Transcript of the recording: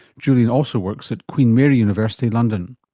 julian also works at queen mary university london.